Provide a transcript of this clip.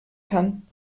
kann